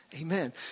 Amen